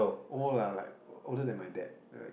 old lah like older than my dad right